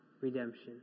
redemption